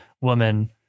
woman